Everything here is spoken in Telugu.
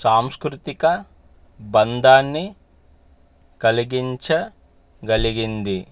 సాంస్కృతిక బంధాన్ని కలిగించగలిగింది